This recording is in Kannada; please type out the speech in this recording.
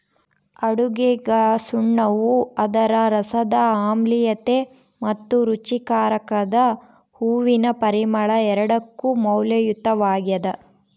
ಅಡುಗೆಗಸುಣ್ಣವು ಅದರ ರಸದ ಆಮ್ಲೀಯತೆ ಮತ್ತು ರುಚಿಕಾರಕದ ಹೂವಿನ ಪರಿಮಳ ಎರಡಕ್ಕೂ ಮೌಲ್ಯಯುತವಾಗ್ಯದ